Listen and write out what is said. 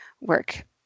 work